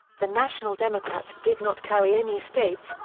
the national democrats did not carry any states,